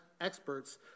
experts